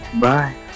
Bye